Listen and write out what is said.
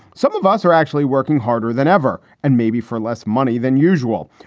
some of us are actually working harder than ever and maybe for less money than usual.